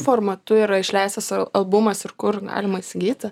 formatu yra išleistas albumas ir kur galima įsigyti